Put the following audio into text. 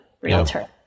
realtor